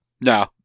No